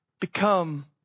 become